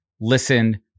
listen